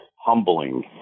humbling